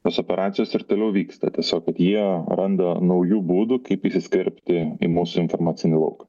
tos operacijos ir toliau vyksta tiesiog kad jie randa naujų būdų kaip įsiskverbti į mūsų informacinį lauką